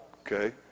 Okay